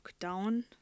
lockdown